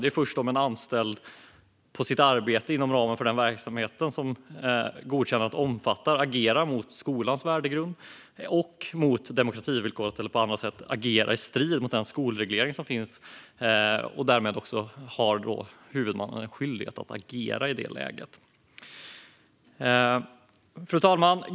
Det är först om en anställd på sitt arbete, inom ramen för den verksamhet som godkännandet omfattar, agerar mot skolans värdegrund och mot demokrativillkoret eller på annat sätt agerar i strid mot den skolreglering som finns som huvudmannen har en skyldighet att agera. Fru talman!